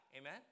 Amen